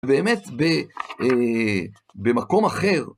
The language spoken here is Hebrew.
באמת, במקום אחר.